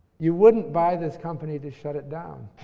you wouldn't buy this company to shut it down.